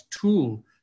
tool